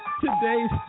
Today's